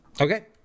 Okay